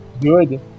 Good